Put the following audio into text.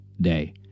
day